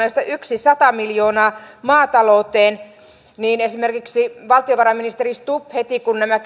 josta sata miljoonaa maatalouteen niin esimerkiksi valtiovarainministeri stubb heti kun nämä